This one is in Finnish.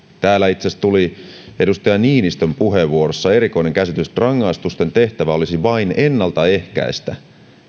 täällä itse asiassa tuli edustaja niinistön puheenvuorossa erikoinen käsitys että rangaistusten tehtävä olisi vain ennaltaehkäistä